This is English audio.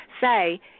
say